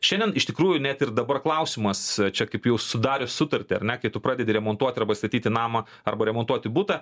šiandien iš tikrųjų net ir dabar klausimas čia kaip jau sudarius sutartį ar ne kai tu pradedi remontuot arba statyti namą arba remontuoti butą